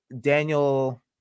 Daniel